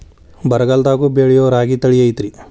ಬರಗಾಲದಾಗೂ ಬೆಳಿಯೋ ರಾಗಿ ತಳಿ ಐತ್ರಿ?